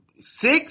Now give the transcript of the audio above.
six